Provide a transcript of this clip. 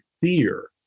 fear